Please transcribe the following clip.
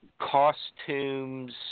costumes